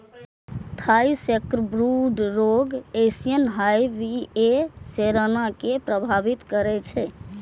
Thai sacbrood रोग Asian hive B A cerana कें प्रभावित करै छै